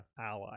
ally